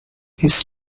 his